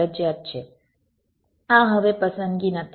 આ હવે પસંદગી નથી